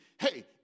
Hey